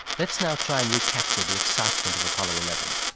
let's now try and recapture the excitement of apollo eleven.